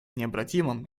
необратимым